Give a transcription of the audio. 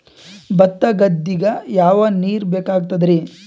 ಭತ್ತ ಗದ್ದಿಗ ಯಾವ ನೀರ್ ಬೇಕಾಗತದರೀ?